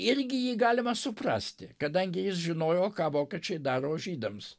irgi jį galima suprasti kadangi jis žinojo ką vokiečiai daro žydams